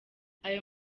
ayo